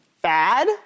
Bad